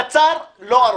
קצר, לא ארוך.